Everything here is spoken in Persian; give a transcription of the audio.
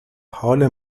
حال